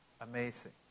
Amazing